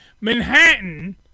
Manhattan